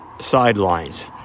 sidelines